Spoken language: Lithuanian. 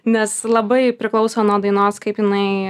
nes labai priklauso nuo dainos kaip jinai